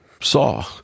saw